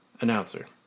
Announcer